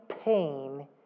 pain